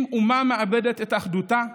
אם אומה מאבדת את אחדותה,